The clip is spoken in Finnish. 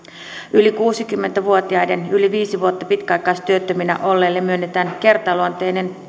yli kuusikymmentä vuotiaille yli viisi vuotta pitkäaikaistyöttömänä olleille myönnetään kertaluonteinen